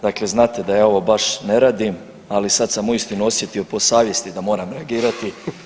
Dakle znate da ja ovo baš ne radim, ali sad sam uistinu osjetio po savjesti da moram reagirati.